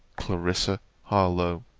clarissa harlowe.